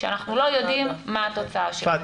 כשאנחנו לא יודעים מה התוצאה של זה.